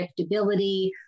predictability